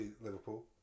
Liverpool